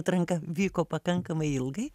atranka vyko pakankamai ilgai